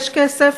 יש כסף,